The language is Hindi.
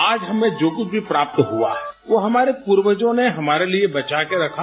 आज हमे जो कुछ भी प्राप्त हुआ है वो हमारे पर्वजों ने हमारे लिए बचाकर रखा